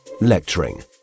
Lecturing